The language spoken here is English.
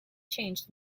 changed